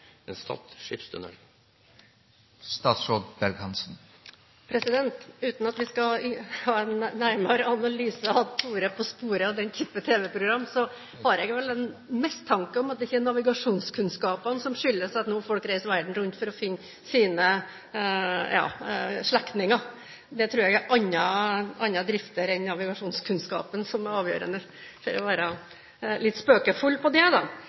skipstunnel? Uten at vi skal ha en nærmere analyse av «Tore på sporet» og den typen tv-program, har jeg vel en mistanke om at det ikke skyldes navigasjonskunnskapene at folk nå reiser verden rundt for å finne sine slektninger. Jeg tror det er andre drifter enn navigasjonskunnskapen som er avgjørende, for å være litt spøkefull. Når det gjelder Stad skipstunnel, må jeg da